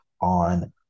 on